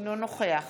אינו נוכח